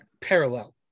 parallel